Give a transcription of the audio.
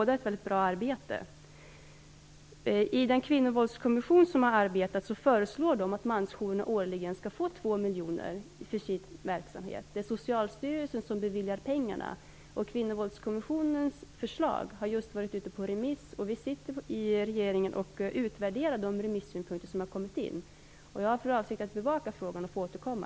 Den kvinnovåldskommission som har arbetat föreslår att mansjourerna årligen skall få 2 miljoner för sin verksamhet. Det är Socialstyrelsen som beviljar pengarna. Kvinnovåldskommissionens förslag har just varit ute på remiss, och vi sitter nu i regeringen och utvärderar de remissynpunkter som har kommit in. Jag har för avsikt att bevaka frågan och får återkomma.